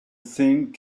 thing